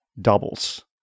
doubles